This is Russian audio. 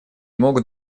могут